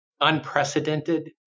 Unprecedented